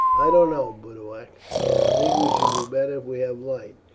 i don't know boduoc i think we shall do better if we have light.